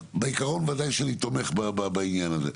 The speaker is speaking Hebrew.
אז בעקרון, וודאי שאני תומך בעניין הזה.